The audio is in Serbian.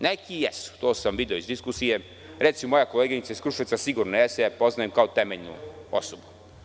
Neki jesu, to sam video iz diskusije, recimo, moja koleginica iz Kruševca sigurno jeste, poznajem je kao temeljnu osobu.